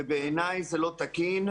ובעיניי זה לא תקין.